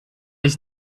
ich